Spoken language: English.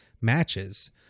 matches